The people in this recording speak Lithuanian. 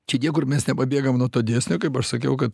čia niekur mes nepabėgam nuo to dėsnio kaip aš sakiau kad